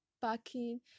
packing